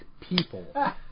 people